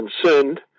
concerned